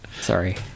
Sorry